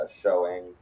showing